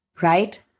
Right